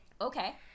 Okay